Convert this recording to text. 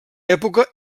època